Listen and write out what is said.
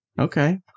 Okay